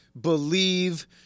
believe